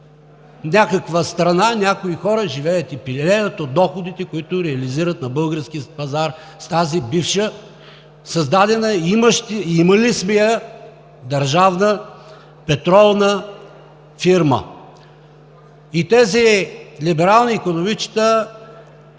някаква страна някои хора живеят и пилеят от доходите, които реализират на българския пазар от тази бивша, създадена, имали сме я, държавна петролна фирма. Тези либерални икономистчета